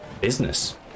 business